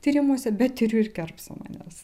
tyrimuose bet ir jau kerpsamanės